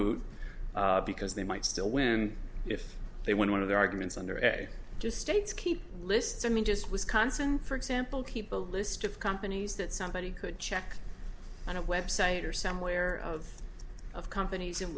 moot because they might still win if they win one of their arguments under just states keep lists i mean just wisconsin for example keep a list of companies that somebody could check on a website or somewhere of companies in